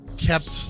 kept